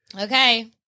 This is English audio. Okay